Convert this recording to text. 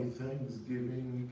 thanksgiving